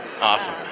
Awesome